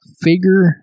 Figure